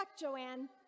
Joanne